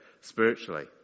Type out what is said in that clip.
spiritually